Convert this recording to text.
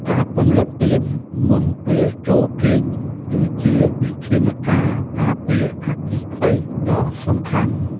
ការពន្លត់ទៀនមុនពេលចូលគេង គឺជាវិធានការការពារអគ្គិភ័យដ៏សំខាន់។